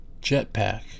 jetpack